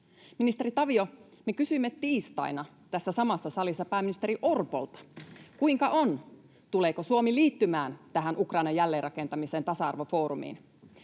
Ministeri Tavio, me kysyimme tiistaina tässä samassa salissa pääministeri Orpolta, kuinka on, tuleeko Suomi liittymään tähän Ukrainan jälleenrakentamisen tasa-arvofoorumiin.